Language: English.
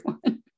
one